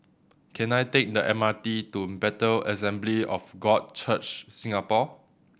can I take the M R T to Bethel Assembly of God Church Singapore